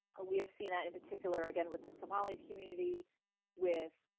we have seen in particular again with the somali community with